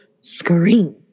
scream